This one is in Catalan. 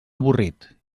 avorrit